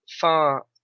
far